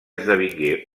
esdevingué